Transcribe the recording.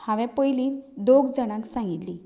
हावें पयली दोग जाणांक सांगिल्ली